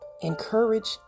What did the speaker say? Encourage